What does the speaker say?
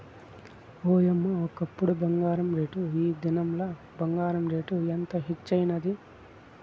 ఓయమ్మ, ఒకప్పుడు బంగారు రేటు, ఈ దినంల బంగారు రేటు ఎంత హెచ్చైనాది